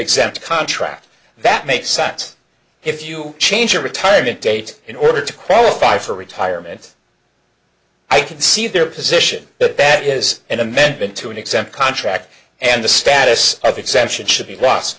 exempt contract that makes sense if you change your retirement date in order to qualify for retirement i can see their position the bat is an amendment to an exempt contract and the status of exemption should be lost